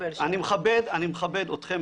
מכבד אתכם,